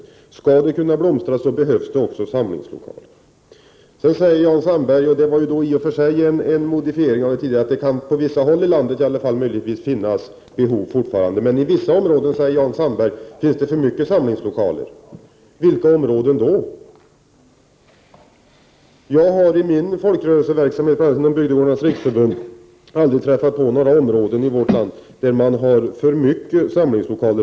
Om det skall kunna blomstra behövs det samlingslokaler. Sedan gjorde Jan Sandberg en modifiering av sitt tidigare uttalande genom att säga att det på vissa håll i landet möjligen fortfarande kan finnas behov av samlingslokaler. Men han säger att det i vissa områden finns för många samlingslokaler. Vilka områden är det? Jag har i min folkrörelseverksamhet, bl.a. inom Bygdegårdarnas riksförbund, aldrig hört talas om att det finns några områden i vårt land där det finns för många samlingslokaler.